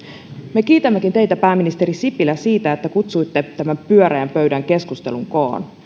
me kiitämmekin teitä pääministeri sipilä siitä että kutsuitte tämän pyöreän pöydän keskustelun kokoon